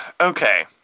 Okay